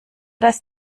das